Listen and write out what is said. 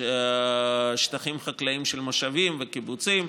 שטחים חקלאיים של מושבים וקיבוצים,